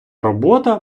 робота